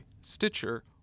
Stitcher